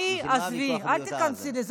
מאי, עזבי, אל תיכנסי לזה.